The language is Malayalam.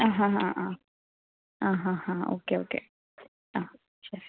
ആ ഹാ ഹാ ആ ആ ഹാ ഹാ ഓക്കെ ഓക്കെ ആ ശരി